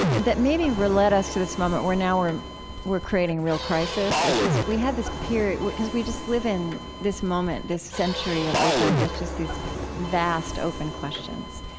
that maybe led us to this moment where now we're we're creating real crisis, is because we had this period, because we just live in this moment, this century that opened with just these vast, open questions,